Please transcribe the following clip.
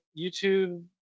youtube